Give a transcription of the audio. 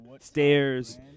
stairs